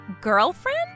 Girlfriend